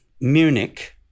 Munich